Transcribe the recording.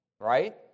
right